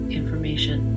information